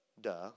duh